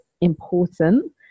important